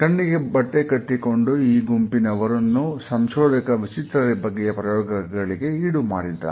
ಕಣ್ಣಿಗೆ ಬಟ್ಟೆ ಕಟ್ಟಿಕೊಂಡು ಈ ಗುಂಪಿನವರನ್ನು ಸಂಶೋಧಕ ವಿಚಿತ್ರ ಬಗೆಯ ಪ್ರಯೋಗಗಳಿಗೆ ಈಡು ಮಾಡಿದ